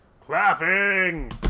Clapping